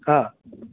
हा